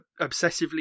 obsessively